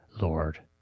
Lord